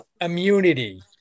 immunity